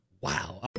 wow